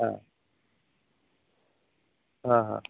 हां हां हां